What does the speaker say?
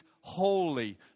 holy